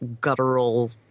guttural